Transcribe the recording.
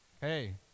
Hey